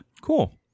Cool